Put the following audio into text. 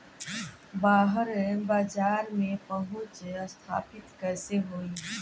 बाहर बाजार में पहुंच स्थापित कैसे होई?